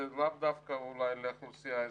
וזה לאו דווקא אולי לאוכלוסייה האזרחית.